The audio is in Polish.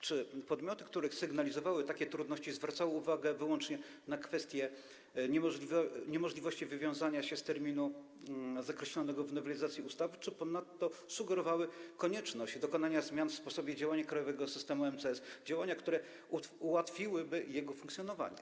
Czy podmioty, które sygnalizowały takie trudności, zwracały uwagę wyłącznie na kwestię niemożliwości wywiązania się z terminu zakreślonego w nowelizacji ustawy, czy ponadto sugerowały konieczność dokonania zmian w sposobie działania krajowego systemu EMCS, które ułatwiłyby jego funkcjonowanie?